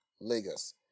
Lagos